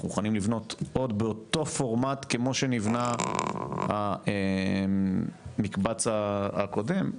אנחנו מוכנים לבנות עוד באותו פורמט כמו שנבנה המקבץ הקודם.